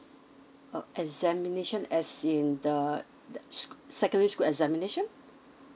uh examination as in the secondary school examination